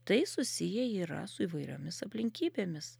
tai susiję yra su įvairiomis aplinkybėmis